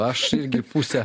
aš irgi pusę